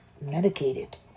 Medicated